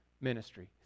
ministry